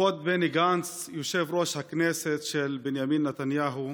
כבוד בני גנץ, יושב-ראש הכנסת של בנימין נתניהו,